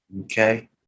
okay